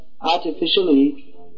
artificially